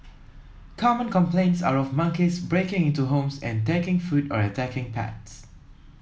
common complaints are of monkeys breaking into homes and taking food or attacking pets